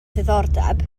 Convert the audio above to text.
diddordeb